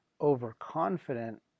overconfident